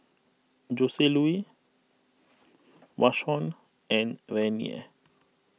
Joseluis Vashon and Renea